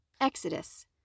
Exodus